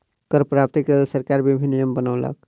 कर प्राप्ति के लेल सरकार विभिन्न नियम बनौलक